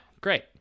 Great